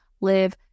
live